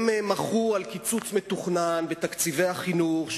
הם מחו על קיצוץ מתוכנן בתקציבי החינוך,